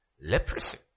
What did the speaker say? Leprosy